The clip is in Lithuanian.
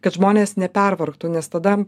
kad žmonės nepervargtų nes tada